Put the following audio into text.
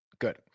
Good